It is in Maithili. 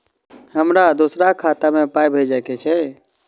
हमरा दोसराक खाता मे पाय भेजे के छै?